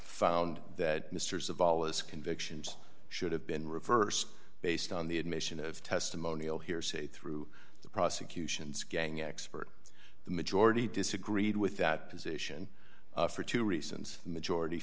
found that mr savalas convictions should have been reversed based on the admission of testimonial hearsay through the prosecution's gang expert the majority disagreed with that position for two reasons the majority